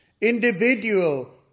Individual